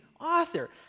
author